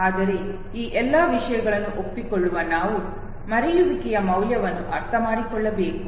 ಆದರೆ ಈ ಎಲ್ಲ ವಿಷಯಗಳನ್ನು ಒಪ್ಪಿಕೊಳ್ಳುವ ನಾವು ಮರೆಯುವಿಕೆಯ ಮೌಲ್ಯವನ್ನು ಅರ್ಥಮಾಡಿಕೊಳ್ಳಬೇಕು